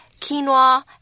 quinoa